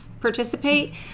participate